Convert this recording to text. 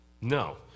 No